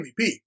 MVP